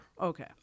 Okay